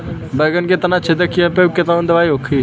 बैगन के तना छेदक कियेपे कवन दवाई होई?